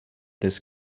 this